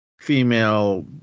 female